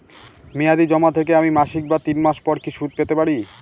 মেয়াদী জমা থেকে আমি মাসিক বা তিন মাস পর কি সুদ পেতে পারি?